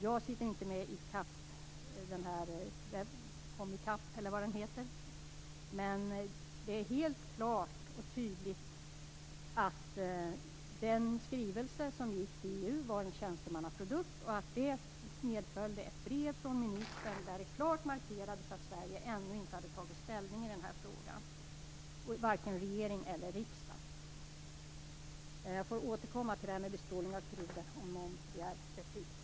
Jag sitter inte med i Komi CAP, men det är helt klart att den skrivelse som gick till EU var en tjänstemannaprodukt och att det medföljde ett brev från ministern där det klart markerades att varken regeringen eller riksdagen i Sverige ännu hade tagit ställning i den här frågan. Jag får återkomma till frågan om bestrålning av kryddor, om någon begär replik.